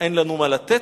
אין לנו מה לתת,